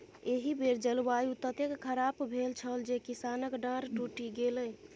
एहि बेर जलवायु ततेक खराप भेल छल जे किसानक डांर टुटि गेलै